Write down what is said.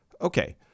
Okay